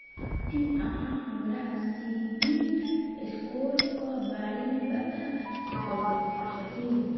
की अहाँ हमरा सिबिल स्कोर क बारे मे बता सकइत छथि?